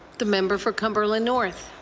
the member for cumberland north.